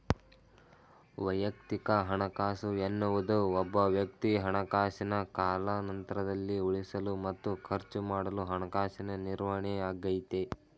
ವೈಯಕ್ತಿಕ ಹಣಕಾಸು ಎನ್ನುವುದು ಒಬ್ಬವ್ಯಕ್ತಿ ಹಣಕಾಸಿನ ಕಾಲಾನಂತ್ರದಲ್ಲಿ ಉಳಿಸಲು ಮತ್ತು ಖರ್ಚುಮಾಡಲು ಹಣಕಾಸಿನ ನಿರ್ವಹಣೆಯಾಗೈತೆ